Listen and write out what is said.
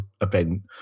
event